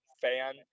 fan